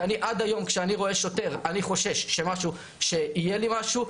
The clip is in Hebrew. ואני עד היום כשאני רואה שוטר אני חושש שיהיה לי משהו,